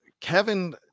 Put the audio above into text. Kevin